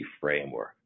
Framework